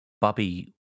Bobby